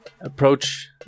Approach